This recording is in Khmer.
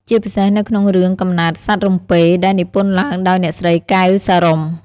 ជាពិសេសនៅក្នុងរឿង កំណើតសត្វរំពេ ដែលនិពន្ធឡើងដោយអ្នកស្រី កែវ សារុំ។